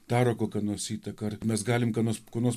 daro kokią nors įtaką ar mes galim ką nors ko nors